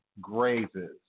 grazes